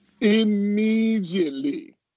Immediately